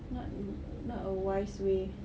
not a not a wise way